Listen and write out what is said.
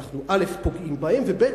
שאנחנו פוגעים בהם, ב.